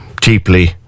deeply